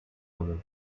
women